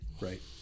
Right